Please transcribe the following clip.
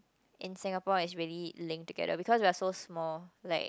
in Singapore is really linked together because we are so small like